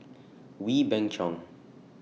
Wee Beng Chong